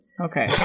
Okay